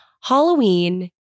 Halloween